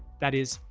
that is,